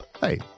Hey